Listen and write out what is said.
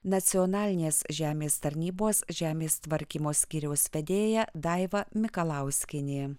nacionalinės žemės tarnybos žemės tvarkymo skyriaus vedėja daiva mikalauskienė